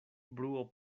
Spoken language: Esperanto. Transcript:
bruo